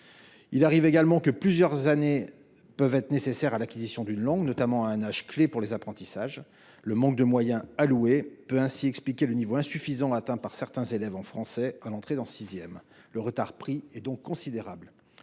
précisent également que plusieurs années peuvent être nécessaires à l’acquisition d’une langue, notamment à un âge clé pour les apprentissages. Le manque de moyens alloués peut ainsi expliquer le niveau insuffisant atteint par certains élèves en français à l’entrée en sixième. Le retard pris est donc considérable.